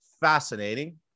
fascinating